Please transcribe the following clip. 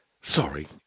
Sorry